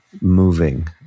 moving